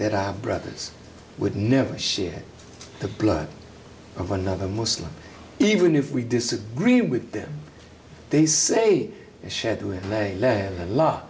that our brothers would never share the blood of another muslim even if we disagree with them they say